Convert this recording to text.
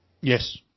Yes